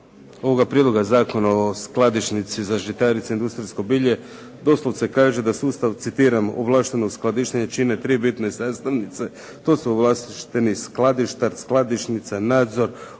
ovoga Prijedloga zakona o skladišnici za žitarice i industrijsko bilje doslovce kaže da sustav, citiram: "ovlaštenog skladištenja čine 3 bitne sastavnice, to su ovlašteni skladištar, skladišnica, nadzor